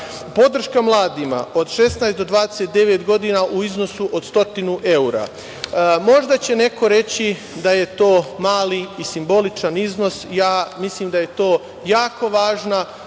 podrška mladima od 16 do 29 godina u iznosu od 100 evra. Možda će neko reći da je to mali i simboličan iznos. Ja mislim da je to jako važna